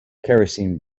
kerosene